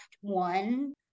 one